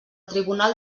tribunal